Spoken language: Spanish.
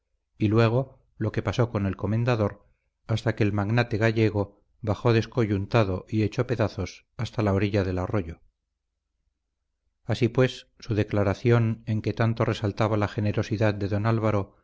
y luego lo que pasó con el comendador hasta que el magnate gallego bajó descoyuntado y hecho pedazos hasta la orilla del arroyo así pues su declaración en que tanto resaltaba la generosidad de don álvaro